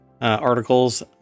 articles